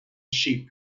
sheep